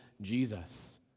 Jesus